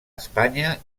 espanya